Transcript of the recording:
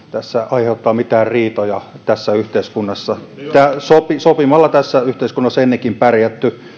aiheuttaa mitään riitoja tässä yhteiskunnassa sopimalla tässä yhteiskunnassa on ennenkin pärjätty